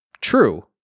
True